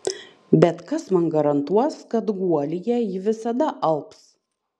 bet kas man garantuos kad guolyje ji visada alps